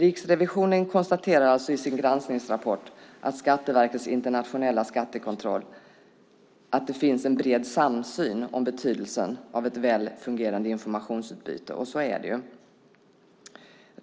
Riksrevisionen konstaterar alltså i sin granskningsrapport av Skatteverkets internationella skattekontroll att det finns en bred samsyn om betydelsen av ett väl fungerande informationsutbyte, och så är det ju.